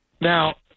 Now